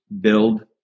build